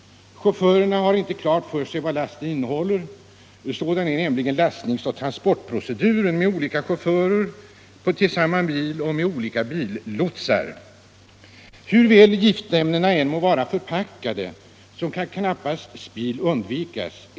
Chaufförerna har inte klart för sig vad lasten innehåller — sådan är nämligen lastnings och transportproceduren, med olika chaufförer till samma bil och även olika billotsar. Hur väl giftämnena än må vara förpackade kan ändå spill knappast undvikas.